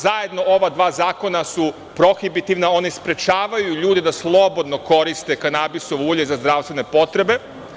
Zajedno ova dva zakona su prohibitivna, oni sprečavaju ljude da slobodno koriste kanabisovo ulje za zdravstvene potrebe.